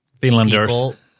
Finlanders